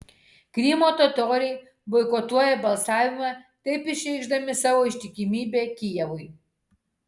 krymo totoriai boikotuoja balsavimą taip išreikšdami savo ištikimybę kijevui